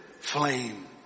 flame